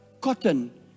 cotton